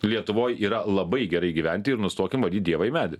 lietuvoj yra labai gerai gyventi ir nustokim varyt dievą į medį